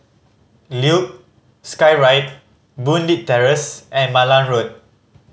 Luge Skyride Boon Leat Terrace and Malan Road